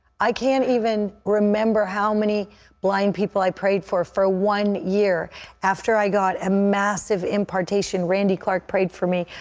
i can't even remember how many blind people i prayed for for one year after i got a massive impartation, and randy like prayed for me,